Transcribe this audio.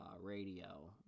radio